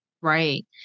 Right